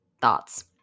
thoughts